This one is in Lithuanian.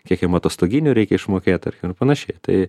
kiek jam atostoginių reikia išmokėt tarkim ir panašiai tai